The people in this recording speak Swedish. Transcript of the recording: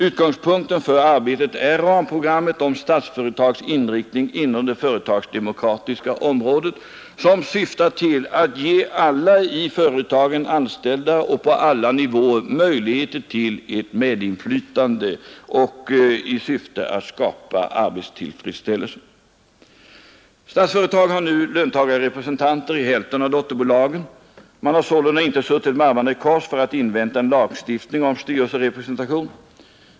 Utgångspunkten för arbetet är ramprogrammet om ”Statsföretags inriktning inom det företagsdemokratiska området”, som syftar till att ge alla i företagen anställda och på alla nivåer medinflytande, samtidigt som det syftar till att skapa tillfredsställelse med arbetet. Statsföretag har nu löntagarrepresentanter i hälften av dotterbolagen. Man har sålunda inte suttit med armarna i kors för att invänta en lagstiftning om styrelserepresentation.